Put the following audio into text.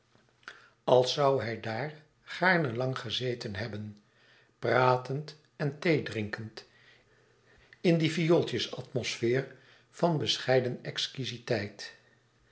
als zoû hij daar gaarne lang gezeten hebben pratend en theedrinkend in die viooltjes atmosfeer van bescheiden